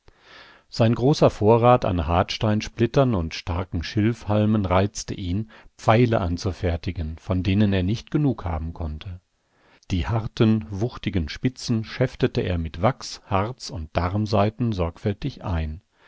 sein großer vorrat an hartsteinsplittern und starken schilfhalmen reizte ihn pfeile anzufertigen von denen er nicht genug haben konnte die harten wuchtigen spitzen schäftete er mit wachs harz und darmsaiten sorgfältig ein